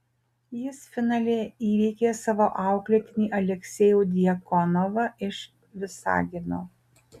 jis finale įveikė savo auklėtinį aleksejų djakonovą iš visagino